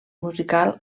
musical